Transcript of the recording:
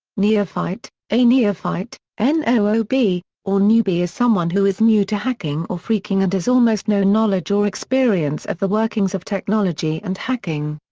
neophyte a neophyte, n zero zero b, or newbie is someone who is new to hacking or phreaking and has almost no knowledge or experience of the workings of technology and hacking.